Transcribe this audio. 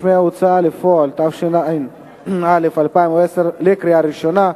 (רשמי הוצאה לפועל), התשע"א 2010, לקריאה ראשונה.